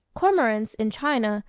cormorants, in china,